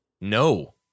No